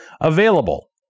available